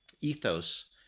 ethos